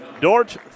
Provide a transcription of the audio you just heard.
Dort